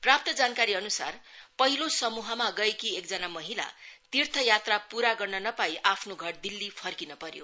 प्रप्त जानकारीअनुसार पहिलो समूहमा गएकी एकजना महिला तीर्थयात्रा प्रा गर्न नपाई आफ्नो घर दिल्ली फर्किन पर्यो